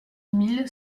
mille